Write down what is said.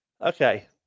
Okay